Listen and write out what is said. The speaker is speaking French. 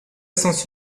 sens